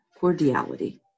cordiality